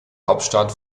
hauptstadt